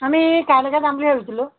আমি কাইলৈকে যাম বুলি ভাবিছিলোঁ